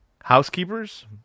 housekeepers –